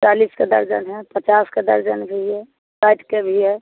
चालीस का दर्जन है पचास का दर्जन भी है साठ के भी है